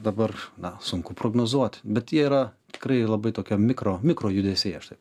dabar na sunku prognozuoti bet jie yra tikrai labai tokio mikro mikro judesiai aš taip